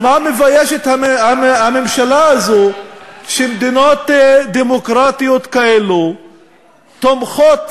שמדינות דמוקרטיות כאלו תומכות